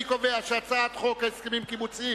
אני קובע שחוק הסכמים קיבוציים